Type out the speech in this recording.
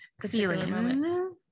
ceiling